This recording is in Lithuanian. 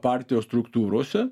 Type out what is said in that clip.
partijos struktūrose